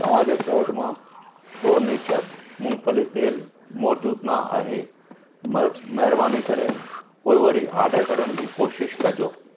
तव्हां जे कार्ट मां प्रो नेचर मूंगफली तेल मौजूदु न आहे मे महिरबानी करे पोइ वरी आडर करण जी कोशिशि कजो